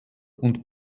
und